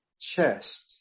chest